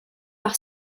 par